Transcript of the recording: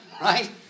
Right